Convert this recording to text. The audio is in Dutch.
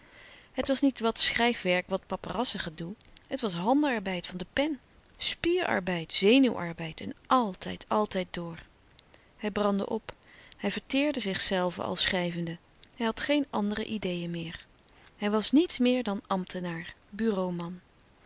het was niet wat schrijfwerk wat paperassen gedoe het was handenarbeid van de pen spierarbeid zenuwarbeid en altijd altijd door hij brandde op hij verteerde zichzelven al schrijvende hij had geen andere ideeën meer hij was niets meer dan ambtenaar bureau man